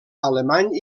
alemany